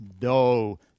No